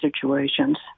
situations